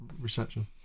reception